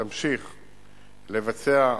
תמשיך לבצע,